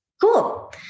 Cool